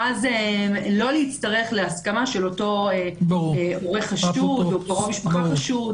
ואז לא להצטרך להסכמה של אותו הורה חשוד או קרוב משפחה חשוד,